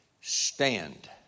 Stand